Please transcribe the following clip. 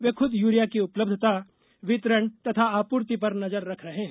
वे खुद यूरिया की उपलब्धता वितरण तथा आपूर्ति पर नजर रख रहे हैं